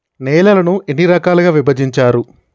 నేలలను ఎన్ని రకాలుగా విభజించారు?